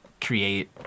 create